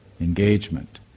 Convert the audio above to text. engagement